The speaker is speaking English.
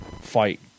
fight